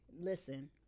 listen